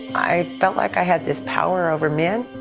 i felt like i had this power over men.